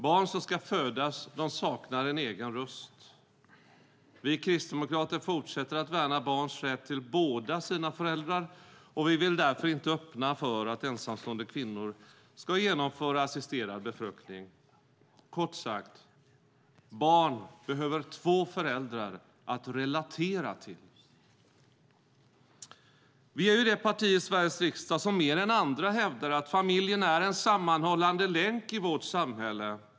Barn som ska födas saknar egen röst. Vi kristdemokrater fortsätter att värna barns rätt till båda sina föräldrar, och vi vill därför inte öppna för att ensamstående kvinnor ska få genomföra assisterad befruktning. Kort sagt, barn behöver två föräldrar att relatera till. Vi är ju det parti i Sveriges riksdag som mer än andra hävdar att familjen är en sammanhållande länk i vårt samhälle.